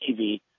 TV